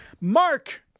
Mark